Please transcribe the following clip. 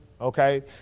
Okay